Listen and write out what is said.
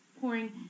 pouring